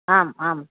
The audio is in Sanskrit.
आम् आम्